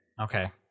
Okay